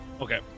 Okay